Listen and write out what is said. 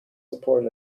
support